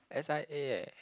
s_i_a eh